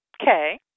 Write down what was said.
Okay